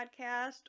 Podcast